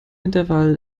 intervall